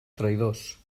traïdors